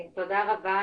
תודה רבה.